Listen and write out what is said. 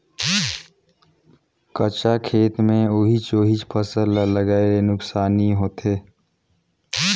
कंचा खेत मे ओहिच ओहिच फसल ल लगाये ले नुकसानी होथे